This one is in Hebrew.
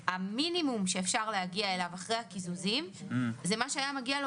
המינימום שאפשר להגיע אליו אחרי הקיזוזים הוא מה שהיה מגיע לו